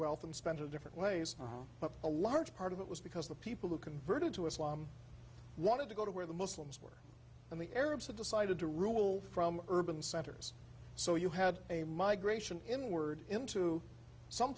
wealth and spent two different ways but a large part of it was because the people who converted to islam wanted to go to where the muslims were and the arabs had decided to rule from urban centers so you had a migration inward into some